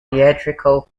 theatrical